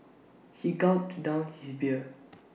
he gulped down his beer